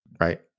Right